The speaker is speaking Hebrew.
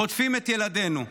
חוטפים את ילדינו.